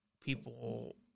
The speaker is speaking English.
people